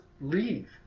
leave